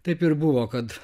taip ir buvo kad